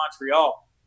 Montreal